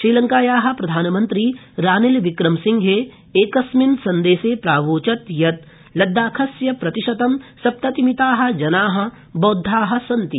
श्रीलङ्काया प्रधानमन्त्री रानिलविक्रमसिङ्घे केस्मिन् सन्देशे प्रावोचत् यत् लद्दाखस्य प्रतिशतं सप्ततिमिता जना बौद्धा सन्ति